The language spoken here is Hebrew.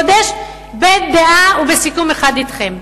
לימודי דת, לימודי קודש, בדעה אחת ובסיכום אתכם.